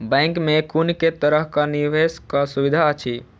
Bank मे कुन केँ तरहक निवेश कऽ सुविधा अछि?